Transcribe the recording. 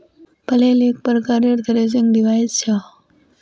flail एक प्रकारेर threshing device छ